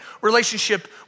relationship